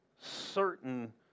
certain